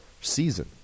season